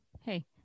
hey